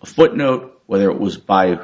a footnote whether it was